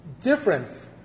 difference